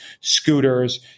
scooters